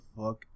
fuck